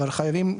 אבל חייבים,